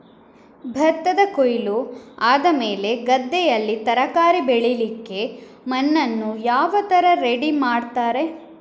ಭತ್ತದ ಕೊಯ್ಲು ಆದಮೇಲೆ ಗದ್ದೆಯಲ್ಲಿ ತರಕಾರಿ ಬೆಳಿಲಿಕ್ಕೆ ಮಣ್ಣನ್ನು ಯಾವ ತರ ರೆಡಿ ಮಾಡ್ತಾರೆ?